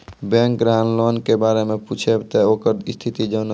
Bank ग्राहक loan के बारे मैं पुछेब ते ओकर स्थिति जॉनब?